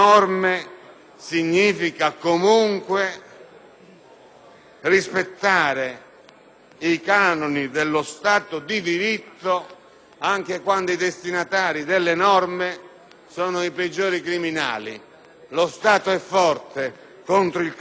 rispettare i canoni dello Stato di diritto, anche quando i destinatari delle norme sono i peggiori criminali. Lo Stato è forte e contro il crimine si difende lo Stato di diritto